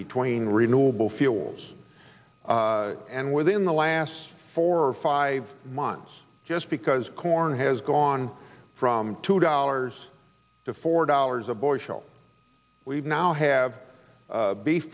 between renewable fuels and within the last four or five months just because corn has gone from two dollars to four dollars a bushel we now have beef